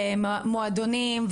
למועדונים,